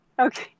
Okay